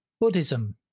Buddhism